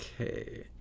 okay